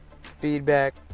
feedback